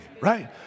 right